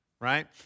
right